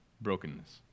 Brokenness